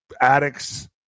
addicts